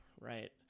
right